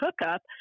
hookup